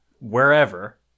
wherever